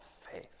faith